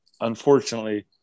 unfortunately